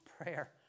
prayer